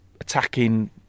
attacking